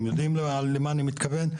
הם יודעים למה אני מתכוון.